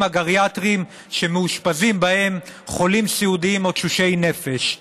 הגריאטריים שמאושפזים בהם חולים סיעודיים או תשושי נפש.